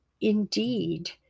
indeed